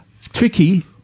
tricky